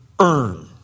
earn